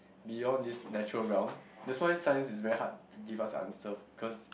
beyond this natural realm that's why science is very hard to give us the answer because